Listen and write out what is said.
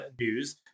news